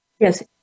Yes